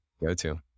go-to